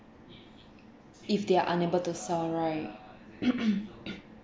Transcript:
if they are unable to sell right